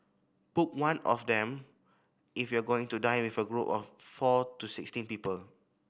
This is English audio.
book one of them if you are going to dine with a group of four to sixteen people